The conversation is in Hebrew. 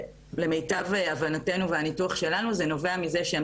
ולמיטב הבנתנו והניתוח שלנו זה נובע מזה שהן